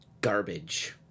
garbage